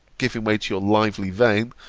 giving way to your lively vein,